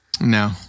No